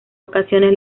ocasiones